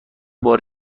بار